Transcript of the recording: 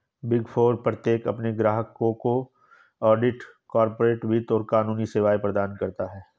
big four प्रत्येक अपने ग्राहकों को ऑडिट, कॉर्पोरेट वित्त और कानूनी सेवाएं प्रदान करता है